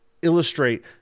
illustrate